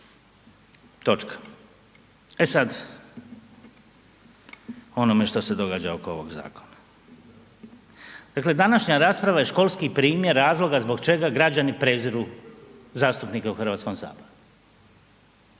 Točka. E sad, o onome što se događa oko ovog zakona. Dakle današnja rasprava je školski primjer razloga zbog čega građani preziru zastupnike u Hrvatskom saboru.